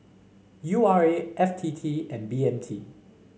U R A F T T and B M T